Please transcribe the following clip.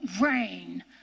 rain